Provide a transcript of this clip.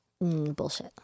Bullshit